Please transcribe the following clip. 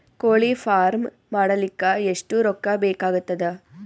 ಕೋಳಿ ಫಾರ್ಮ್ ಮಾಡಲಿಕ್ಕ ಎಷ್ಟು ರೊಕ್ಕಾ ಬೇಕಾಗತದ?